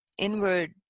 inward